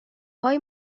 های